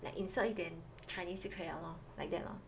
like insert 一点 Chinese 就可以了 lor like that lor